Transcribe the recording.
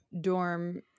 Dorm